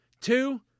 Two